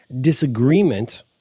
disagreement